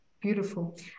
Beautiful